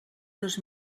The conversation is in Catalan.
dos